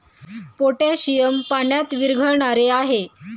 potassium पाण्यात विरघळणारे आहे